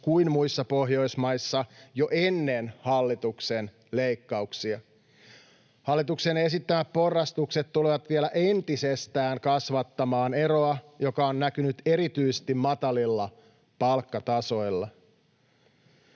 kuin muissa Pohjoismaissa jo ennen hallituksen leikkauksia. Hallituksen esittämät porrastukset tulevat vielä entisestään kasvattamaan eroa, joka on näkynyt erityisesti matalilla palkkatasoilla.